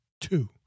two